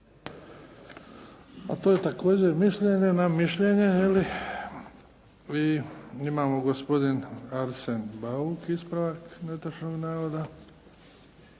A to je također mišljenje na mišljenje, je li? I imamo gospodin Arsen Bauk, ispravak netočnog navoda.